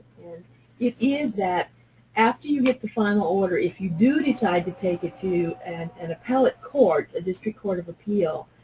and it is that after you get the final order, if you do decide to take it to an an appellate court, a district court of appeal,